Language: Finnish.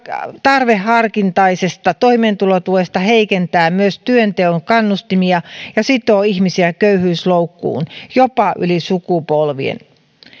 tarveharkintaisesta toimeentulotuesta heikentää myös työnteon kannustimia ja sitoo ihmisiä köyhyysloukkuun jopa yli sukupolvien